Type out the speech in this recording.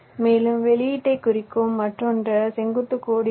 மேலும் வெளியீட்டைக் குறிக்கும் மற்றொரு செங்குத்து கோடு இருக்கும்